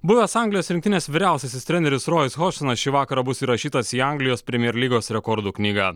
buvęs anglijos rinktinės vyriausiasis treneris rojus hošteinas šį vakarą bus įrašytas į anglijos premjer lygos rekordų knygą